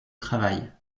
travail